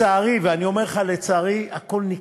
לצערי, ואני אומר לך, לצערי, הכול נקטע.